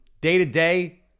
day-to-day